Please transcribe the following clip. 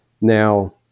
Now